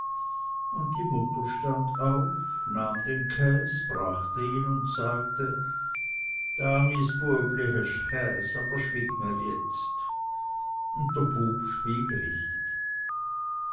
und die mutter stund auf nahm den käs brachte ihn und sagte da mis buebi hesch chäs schwyg mr jez und der bub schwieg richtig